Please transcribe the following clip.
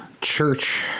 church